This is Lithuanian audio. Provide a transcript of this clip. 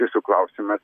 jūsų klausimas